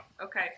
Okay